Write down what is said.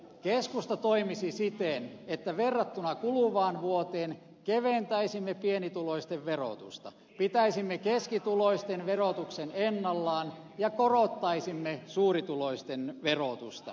keskusta toimisi siten että verrattuna kuluvaan vuoteen keventäisimme pienituloisten verotusta pitäisimme keskituloisten verotuksen ennallaan ja korottaisimme suurituloisten verotusta